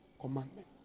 commandment